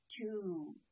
two